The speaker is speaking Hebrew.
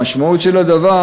המשמעות של הדבר